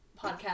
podcast